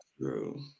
true